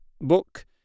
book